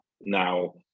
Now